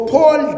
Paul